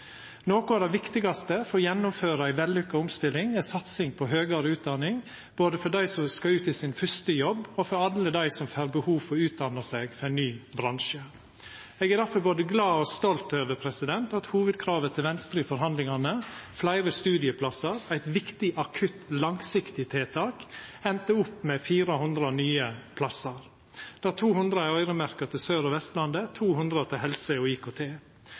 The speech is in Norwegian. Noko av det viktigaste for å gjennomføra ei vellykka omstilling er satsing på høgare utdanning, både for dei som skal ut i sin fyrste jobb, og for alle dei som får behov for å utdanna seg til ein ny bransje. Eg er difor både glad og stolt over at hovudkravet til Venstre i forhandlingane, fleire studieplassar – eit viktig akutt og langsiktig tiltak – enda opp med 400 nye plassar, der 200 er øyremerkte til Sør- og Vestlandet og 200 til helse og IKT.